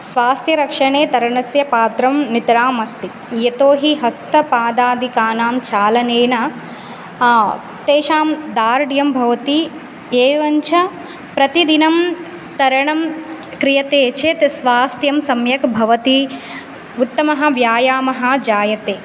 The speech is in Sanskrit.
स्वास्त्यरक्षणे तरणस्य पात्रं नितराम् अस्ति यतो हि हस्तपादादिकानां चालनेन तेषां दार्ड्यं भवति एवं च प्रतिदिनं तरणं क्रियते चेत् स्वास्त्यं सम्यक् भवति उत्तमः व्यायमः जायते